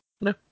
no